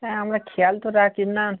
হ্যাঁ আমরা খেয়াল তো রাখি না